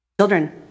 Children